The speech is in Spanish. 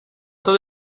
todo